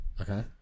Okay